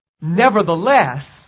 Nevertheless